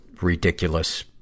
ridiculous